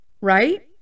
right